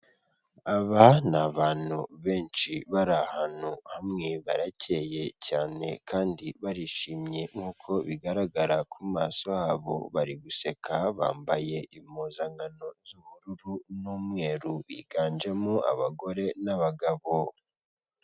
Aba ni abantu benshi bari ahantu hamwe baracye cyane kandi barishimye nkuko bigaragara ku maso yabobo. Bari guseka bambaye impuzankano z'ubururu n'umweru higanjemo abagore n'abagabo.